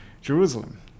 Jerusalem